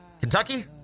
Kentucky